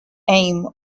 aim